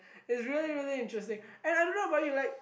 it's really really interesting and I don't know about you like